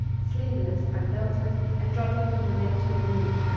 sleeveless, unbelted, and dropping from the neck to the knee.